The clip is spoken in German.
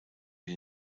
die